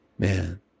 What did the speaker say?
Man